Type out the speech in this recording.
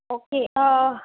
okay